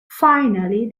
finally